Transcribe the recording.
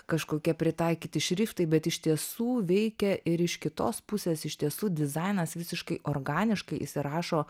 kažkokie pritaikyti šriftai bet iš tiesų veikia ir iš kitos pusės iš tiesų dizainas visiškai organiškai įsirašo